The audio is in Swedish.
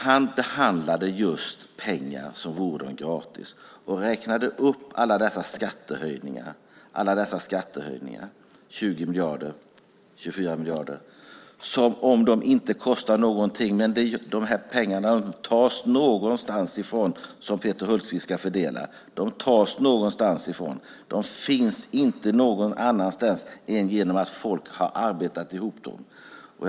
Han talade om pengar som om de vore gratis och räknade upp alla dessa skattehöjningar - 20 miljarder och 24 miljarder - som om de inte kostar någonting. Men de pengar som Peter Hultqvist ska fördela tas någonstans ifrån. Dessa pengar finns bara genom att folk har arbetat ihop dem.